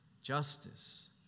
Justice